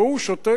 והוא שותק.